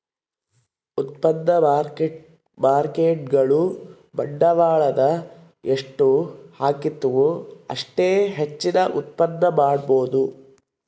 ಉತ್ಪನ್ನ ಮಾರ್ಕೇಟ್ಗುಳು ಬಂಡವಾಳದ ಎಷ್ಟು ಹಾಕ್ತಿವು ಅಷ್ಟೇ ಹೆಚ್ಚಿನ ಉತ್ಪನ್ನ ಮಾಡಬೊದು